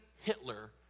Hitler